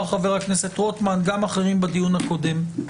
חבר הכנסת רוטמן ואמרו גם אחרים בדיון הקודם.